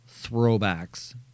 throwbacks